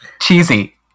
Cheesy